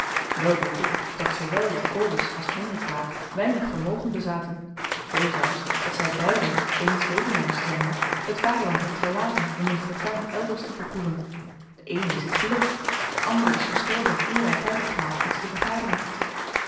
wel weet ik dat zoowel jacobus als hendrik blaek weinig vermogen bezaten zoo zelfs dat zij beiden eens weduwnaars zijnde het vaderland hebben verlaten om hun fortuin elders te beproeven den eenen is dit gelukt de andere is gestorven eer hij tijd had gehad iets te vergaderen